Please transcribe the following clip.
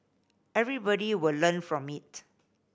everybody will learn from it